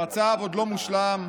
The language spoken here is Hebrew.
המצב עוד לא מושלם,